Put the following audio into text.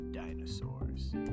dinosaurs